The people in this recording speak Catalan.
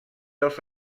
els